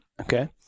Okay